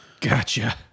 Gotcha